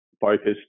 focused